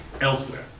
elsewhere